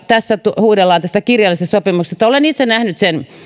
tässä huudellaan kirjallisesta sopimuksesta olen itse nähnyt sen